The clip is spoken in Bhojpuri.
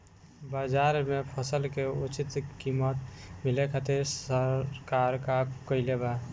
बाजार में फसल के उचित कीमत मिले खातिर सरकार का कईले बाऽ?